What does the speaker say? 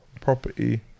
property